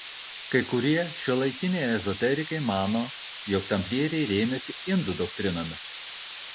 kai kurie šiuolaikiniai ezoterikai mano jog tamplieriai rėmėsi indų doktrinomis